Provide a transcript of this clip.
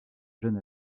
jeune